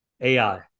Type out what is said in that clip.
AI